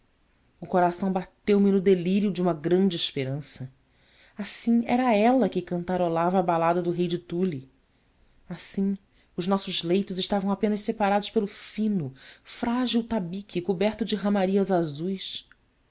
o coração bateu me no delírio de uma grande esperança assim era ela que cantarolava a balada do rei de tule assim os nossos leitos estavam apenas separados pelo fino frágil tabique coberto de ramarias azuis